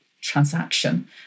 transaction